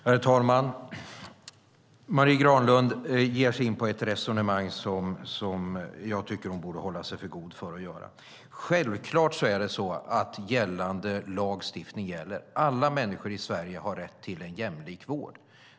Herr talman! Marie Granlund ger sig in på ett resonemang som jag tycker att hon borde hålla sig för god för. Självklart är det så att befintlig lagstiftning gäller. Alla människor i Sverige har rätt till en jämlik vård.